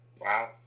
Wow